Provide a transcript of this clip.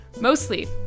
Mostly